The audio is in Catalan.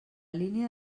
línia